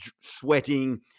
sweating